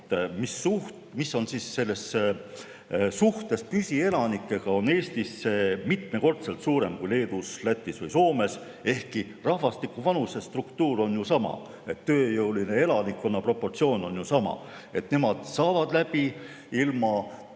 mis on suhtes püsielanikega Eestis mitmekordselt suurem kui Leedus, Lätis või Soomes, ehkki rahvastiku vanuse struktuur on meil ju sama, tööjõulise elanikkonna proportsioon on sama. Nemad saavad läbi ilma